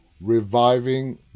reviving